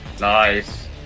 Nice